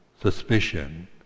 suspicion